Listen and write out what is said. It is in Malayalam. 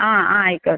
അ ആ ആയിക്കോട്ടെ